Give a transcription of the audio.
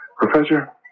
Professor